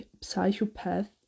psychopath